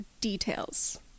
details